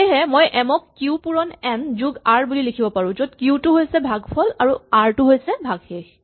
সেয়েহে মই এম ক কিউ পুৰণ এন যোগ আৰ বুলি লিখিব পাৰো য'ত কিউ টো হৈছে ভাগফল আৰু আৰ টো হৈছে ভাগশেষ